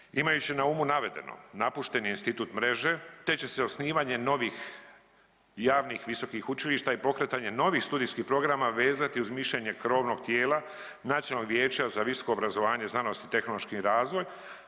Imajući na umu navedeno, napušten je institut mreže te će se osnivanje novih javnih i visokih učilišta i pokretanje novih studijskih programa vezati uz mišljenje krovnog tijela, Nacionalno vijeća za visoko obrazovanje, znanost i tehnološki razvoj,